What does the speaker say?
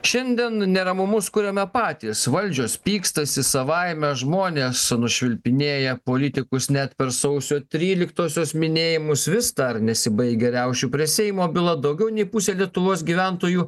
šiandien neramumus kuriame patys valdžios pykstasi savaime žmonės nušvilpinėja politikus net per sausio tryliktosios minėjimus vis dar nesibaigia riaušių prie seimo byla daugiau nei pusė lietuvos gyventojų